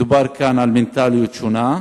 מדובר על מנטליות שונה,